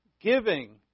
giving